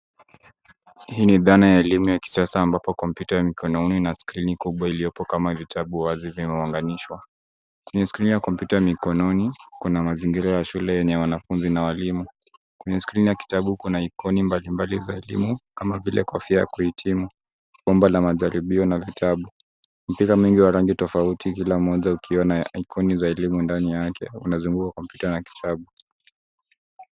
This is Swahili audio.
Hii ni dhana ya elimu ya kisasa ambapo kompyuta ya mkononi na skrini kubwa iliyopo kama vitabu wazi vimeunganishwa. Kwenye skrini ya kompyuta mikononi, kuna mazingira ya shule yenye wanafunzi na walimu. Kwenye skrini ya kitabu kuna aikoni mbalimbali za elimu kama vile kofia ya kuhitimu, bomba la majaribio na vitabu. Mpira mingi ya rangi tofauti kila mmoja ukiwa na aikoni za elimu ndani yake unazunguka kompyuta na kitabu.